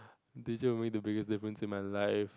teacher who made the biggest difference in my life